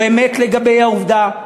הוא אמת לגבי העובדה,